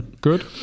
good